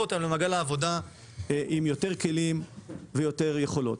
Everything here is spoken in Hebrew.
אותם למעגל העבודה עם יותר כלים ויותר יכולות.